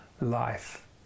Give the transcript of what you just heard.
life